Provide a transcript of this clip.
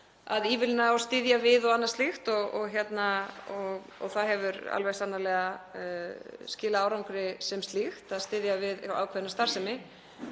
að ívilna og styðja við og annað slíkt og það hefur sannarlega skilað árangri sem slíkt að styðja við ákveðna starfsemi.